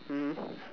mm